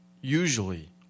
usually